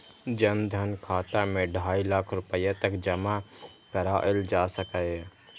जन धन खाता मे ढाइ लाख रुपैया तक जमा कराएल जा सकैए